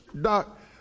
doc